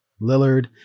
Lillard